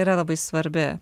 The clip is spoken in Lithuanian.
yra labai svarbi